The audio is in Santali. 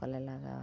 ᱨᱚᱝ ᱠᱚᱞᱮ ᱞᱟᱜᱟᱣᱼᱟ